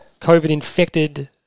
COVID-infected